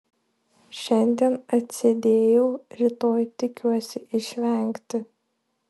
šiandien atsėdėjau rytoj tikiuosi išvengti